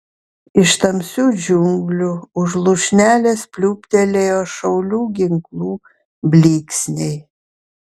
iš tamsių džiunglių už lūšnelės pliūptelėjo šaulių ginklų blyksniai